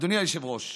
אדוני היושב-ראש,